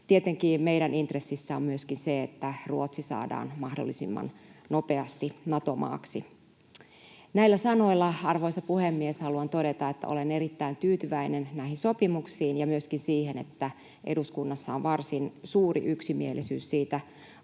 Tietenkin meidän intressissä on myöskin se, että Ruotsi saadaan mahdollisimman nopeasti Nato-maaksi. Näillä sanoilla, arvoisa puhemies, haluan todeta, että olen erittäin tyytyväinen näihin sopimuksiin ja myöskin siihen, että eduskunnassa on varsin suuri yksimielisyys siitä,